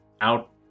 out